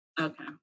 Okay